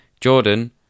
Jordan